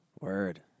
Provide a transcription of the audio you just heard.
Word